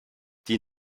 die